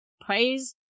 praise